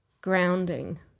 Grounding